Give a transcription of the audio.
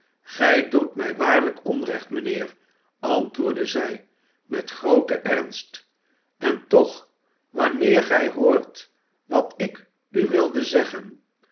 gij doet mij waarlijk onrecht mijnheer antwoordde zij met grooten ernst en toch wanneer gij hoort wat ik u wilde zeggen